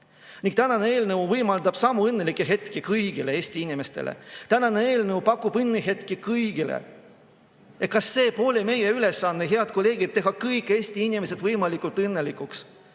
ametlikult. Tänane eelnõu võimaldab samu õnnelikke hetki kõigile Eesti inimestele. Tänane eelnõu pakub õnnehetki kõigile. Kas see pole meie ülesanne, head kolleegid, teha kõik Eesti inimesed võimalikult õnnelikuks,